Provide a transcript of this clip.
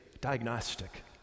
diagnostic